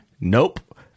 Nope